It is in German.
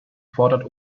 fordert